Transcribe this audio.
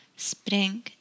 Spring